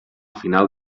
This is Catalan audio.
final